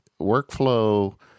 workflow